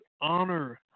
honor